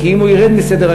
כי אם הוא ירד מסדר-היום,